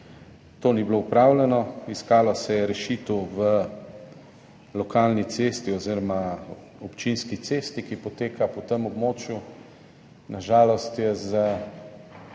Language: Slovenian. To ni bilo opravljeno. Iskalo se je rešitev v lokalni cesti oziroma občinski cesti, ki poteka po tem območju. Na žalost je s